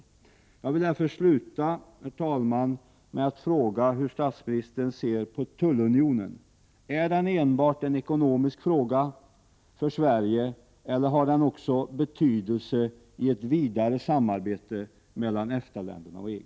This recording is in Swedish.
Jag vill därför sluta, herr talman, med att fråga hur statsministern ser på tullunionen: Är den enbart en ekonomisk fråga för Sverige, eller har den också betydelse i ett vidare samarbete mellan EFTA-länderna och EG?